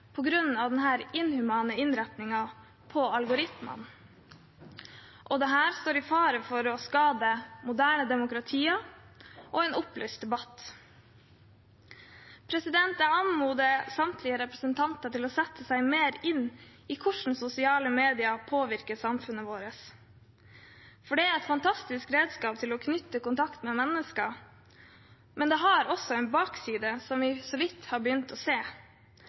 inhumane innretningen på algoritmene, og dette står i fare for å skade moderne demokratier og en opplyst debatt. Jeg anmoder samtlige representanter om å sette seg mer inn i hvordan sosiale medier påvirker samfunnet vårt. For det er et fantastisk redskap for å knytte kontakt med mennesker, men det har også en bakside som vi så vidt har begynt å se: